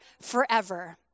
forever